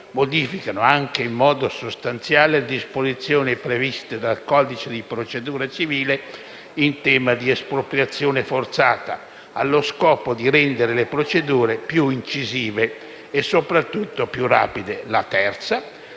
modifica, anche in modo sostanziale, le disposizioni previste dal codice di procedura civile in tema di espropriazione forzata allo scopo di rendere le procedure più incisive e soprattutto più rapide; la terza